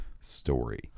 story